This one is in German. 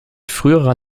früherer